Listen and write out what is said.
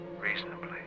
reasonably